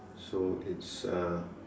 so it's uh